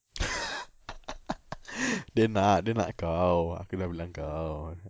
dia nak dia nak kau aku dah bilang kau